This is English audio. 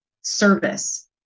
service